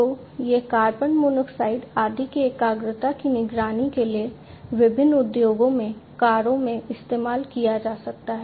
तो यह carbon monoxide आदि की एकाग्रता की निगरानी के लिए विभिन्न उद्योगों में कारों में इस्तेमाल किया जा सकता है